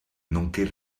nonché